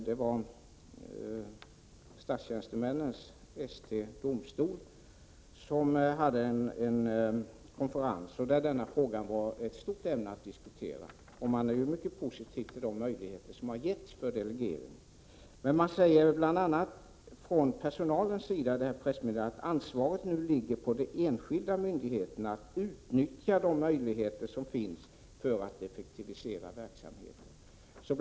Det var statstjänstemännens ST Domstol som hade en konferens, där denna fråga var ett stort ämne att diskutera. Man var mycket positiv till de möjligheter som getts för delegering. Från personalens sida säger man i detta pressmeddelande att ansvaret nu ligger på de enskilda myndigheterna att utnyttja de möjligheter som finns för att effektivisera verksamheten.